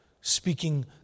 Speaking